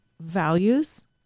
values